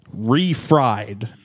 refried